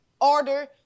order